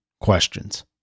questions